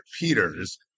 Peters